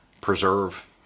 preserve